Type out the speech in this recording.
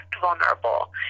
vulnerable